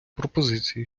пропозиції